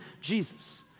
Jesus